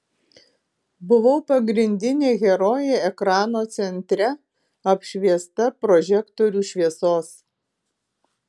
buvau pagrindinė herojė ekrano centre apšviesta prožektorių šviesos